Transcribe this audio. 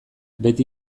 beti